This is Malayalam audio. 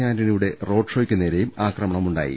ആന്റണിയുടെ റോഡ്ഷോയ്ക്കു നേരെയും ആക്രമണമുണ്ടായി